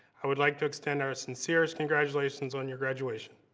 i would like to extend our sincerest congratulations on your graduation.